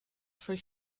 for